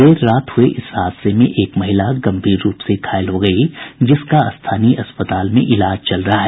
देर रात हुए इस हादसे में एक महिला गम्भीर रूप से घायल हो गयी जिसका स्थानीय अस्पताल में इलाज चल रहा है